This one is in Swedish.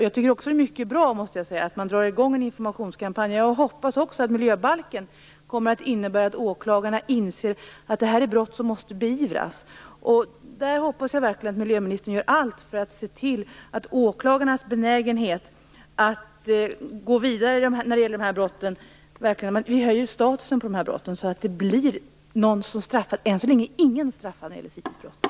Jag tycker också att det är mycket bra, måste jag säga, att man drar i gång en informationskampanj. Jag hoppas också att miljöbalken kommer att innebära att åklagarna inser att det här är brott som måste beivras. Jag hoppas verkligen att miljöministern gör allt för att se till att öka åklagarnas benägenhet att gå vidare med de här brotten, att vi höjer statusen på dem så att någon blir straffad. Än så länge är ingen straffad när det gäller CITES-brott.